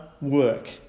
work